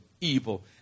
evil